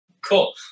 cool